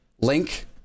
link